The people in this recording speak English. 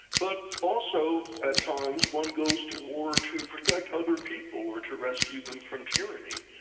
but also at times one goes to war to protect other people or to rescue them from tyranny.